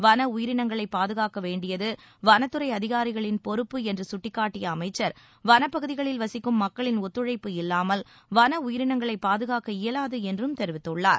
வன உயிரினங்களை பாதுகாக்க வேண்டியது வனத்துறை அதிகாரிகளின் பொறுப்பு என்று சுட்டிக்காட்டிய அமைச்சர் வனப்பகுதிகளில் வசிக்கும் மக்களின் ஒத்துழைப்பு இல்லாமல் வன உயிரினங்களை பாதுகாக்க இயலாது என்றும் தெரிவித்துள்ளார்